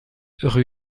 rue